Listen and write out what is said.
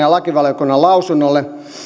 ja lakivaliokuntaan lausunnolle